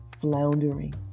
floundering